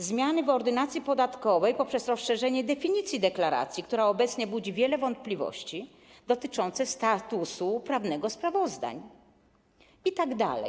Jest zmiana w Ordynacji podatkowej poprzez rozszerzenie definicji deklaracji, która obecnie budzi wiele wątpliwości dotyczących statusu prawnego sprawozdań itd.